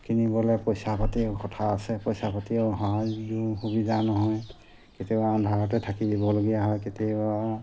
কিনিবলৈ পইচা পাতি কথা আছে পইচা পাতি হোৱা যি সুবিধা নহয় কেতিয়াবা অন্ধাৰতে থাকি দিবলগীয়া হয় কেতিয়াবা